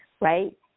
right